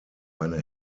eine